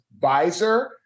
Visor